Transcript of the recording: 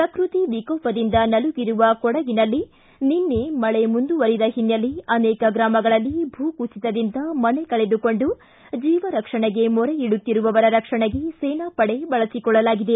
ಪ್ರಕೃತ್ತಿ ವಿಕೋಪದಿಂದ ನಲುಗಿರುವ ಕೊಡಗಿನಲ್ಲಿ ನಿನ್ನೆ ಮಳೆ ಮುಂದುವರಿದ ಹಿನ್ನೆಲೆ ಅನೇಕ ಗ್ರಾಮಗಳಲ್ಲಿ ಭೂಕುಸಿತದಿಂದ ಮನೆ ಕಳೆದುಕೊಂಡು ಜೀವ ರಕ್ಷಣೆಗೆ ಮೊರೆಯಿಡುತ್ತಿರುವವರ ರಕ್ಷಣೆಗೆ ಸೇನಾ ಪಡೆ ಬಳಸಿಕೊಳ್ಳಲಾಗಿದೆ